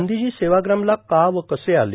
गांधीजी सेवाग्रामला का व कसे आले